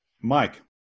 Mike